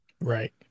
Right